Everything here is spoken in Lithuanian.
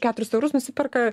keturis eurus nusiperka